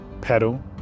pedal